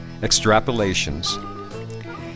Extrapolations